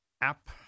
app